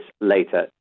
later